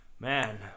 Man